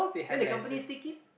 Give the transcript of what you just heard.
then the company still keep